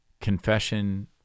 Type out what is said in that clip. confession